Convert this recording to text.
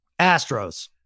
Astros